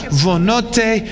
vonote